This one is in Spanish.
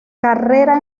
carrera